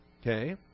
Okay